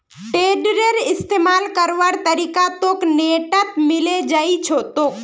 टेडरेर इस्तमाल करवार तरीका तोक नेटत मिले जई तोक